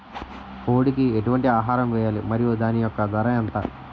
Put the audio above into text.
కోడి కి ఎటువంటి ఆహారం వేయాలి? మరియు దాని యెక్క ధర ఎంత?